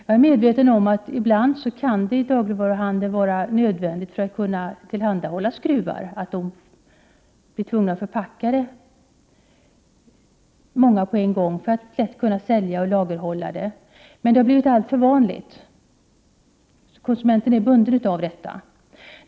Jag är medveten om att det ibland är nödvändigt att dagligvaruhandeln, för att t.ex. kunna tillhandahålla skruvar, förpackar många på en gång för att lätt kunna sälja och lagerhålla varorna. Men detta har blivit alltför vanligt, och konsumenten blir bunden av det.